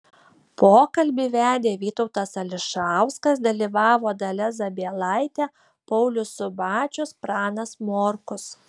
pokalbį vedė vytautas ališauskas dalyvavo dalia zabielaitė paulius subačius pranas morkus